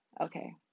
Okay